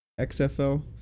XFL